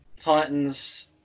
Titans